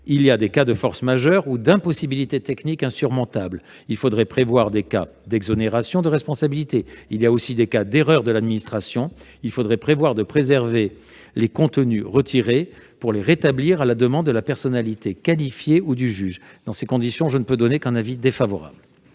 Il y a des cas de force majeure ou d'impossibilité technique insurmontable : il faudrait donc prévoir des cas d'exonération de responsabilité. Il y a aussi des cas d'erreur de l'administration : il faudrait donc prévoir de préserver les contenus retirés pour les rétablir à la demande de la personnalité qualifiée ou du juge. Dans ces conditions, je ne peux émettre qu'un avis défavorable